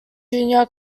junior